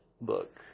book